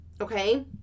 okay